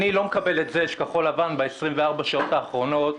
אני לא מקבל את זה שכחול לבן ב-24 שעות האחרונות,